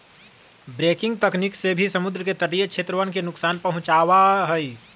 breaking तकनीक से भी समुद्र के तटीय क्षेत्रवन के नुकसान पहुंचावा हई